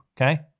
Okay